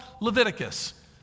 Leviticus